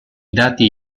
dati